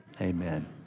Amen